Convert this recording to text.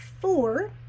four